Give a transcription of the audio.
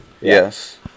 Yes